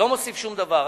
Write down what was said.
זה לא מוסיף שום דבר.